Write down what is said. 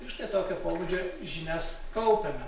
ir štai tokio pobūdžio žinias kaupiame